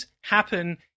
happen